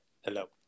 Hello